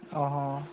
অঁ